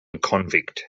convict